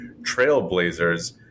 trailblazers